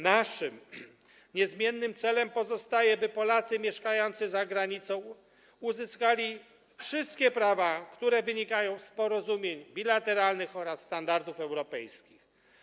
Naszym niezmiennym celem pozostaje to, by Polacy mieszkający za granicą uzyskali wszystkie prawa, które wynikają z porozumień bilateralnych oraz ze standardów europejskich.